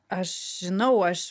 aš žinau aš